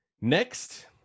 Next